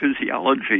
physiology